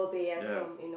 ya